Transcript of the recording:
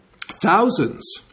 thousands